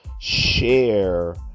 share